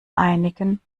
einigen